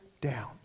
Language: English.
down